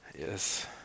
Yes